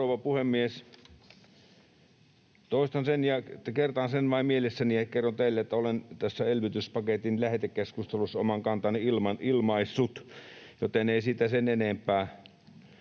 Toistan sen ja — kertaan sen vain mielessäni — kerron teille, että olen tässä elvytyspaketin lähetekeskustelussa oman kantani ilmaissut, joten ei siitä sen enempää.